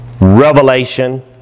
revelation